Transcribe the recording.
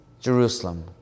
Jerusalem